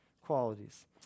qualities